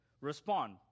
respond